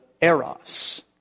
Eros